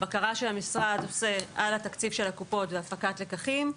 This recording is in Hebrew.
בקרה שהמשרד עושה על התקציב של הקופות והפקת לקחים,